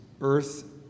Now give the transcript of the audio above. earth